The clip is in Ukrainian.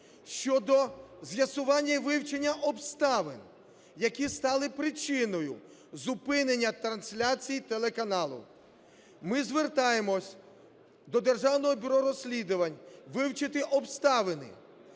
щодо з'ясування і вивчення обставин, які стали причиною зупинення трансляції телеканалу. Ми звертаємось до Державного бюро розслідувань вивчити обставини,